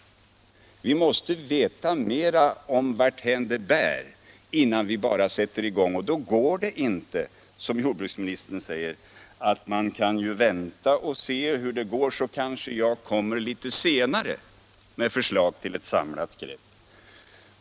Vi kan således inte bara sätta i gång med mera gödsling, utan vi måste veta något om varthän det bär. Då går det inte att göra som jordbruksministern säger: vänta och se hur det går; litet senare kanske jag kommer med förslag till ett samlat grepp.